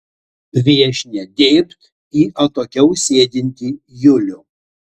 viešnia dėbt į atokiau sėdintį julių